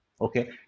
Okay